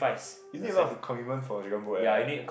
you did a lot of commitments for dragon boat eh